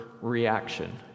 reaction